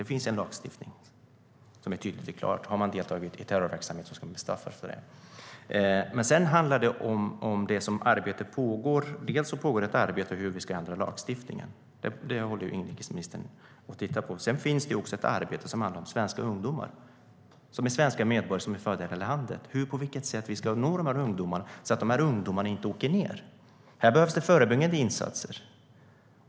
Det finns en lagstiftning som är tydlig och klar: Har man deltagit i terrorverksamhet ska man straffas för det. Men sedan handlar det om arbete som pågår. Dels pågår ett arbete med hur vi ska ändra lagstiftningen. Det håller inrikesministern på att titta på. Dels pågår ett arbete som handlar om svenska ungdomar som är svenska medborgare och födda i det här landet. På vilket sätt ska vi nå de ungdomarna så att de inte åker ned? Här behövs det förebyggande insatser.